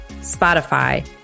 Spotify